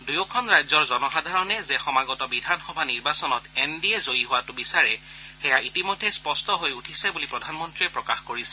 দুয়োখন ৰাজ্যৰ জনসাধাৰণে যে সমাগত বিধানসভা নিৰ্বাচনত এন ডি এ জয়ী হোৱাটো বিচাৰে সেয়া ইতিমধ্যে স্পষ্ট হৈ উঠিছে বুলি প্ৰধানমন্ত্ৰীয়ে প্ৰকাশ কৰিছে